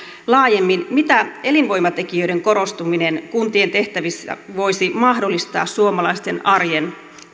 laajemmin mitä elinvoimatekijöiden korostuminen kuntien tehtävissä voisi mahdollistaa suomalaisten arjen